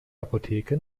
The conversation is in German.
apotheke